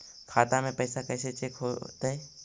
खाता में पैसा कैसे चेक हो तै?